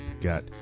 got